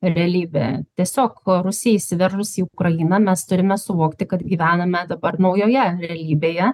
realybė tiesiog rusijai įsiveržus į ukrainą mes turime suvokti kad gyvename dabar naujoje realybėje